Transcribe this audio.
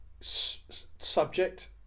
subject